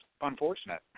unfortunate